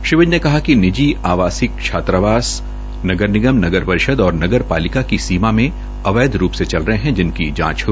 श्री विज ने कहा कि निजी आवासीय छात्रावास नगर निगम नगर परिषद और नगर पालिका की सीमा में अवैध रूप से चल रहे है जिनकी जांच हो